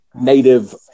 native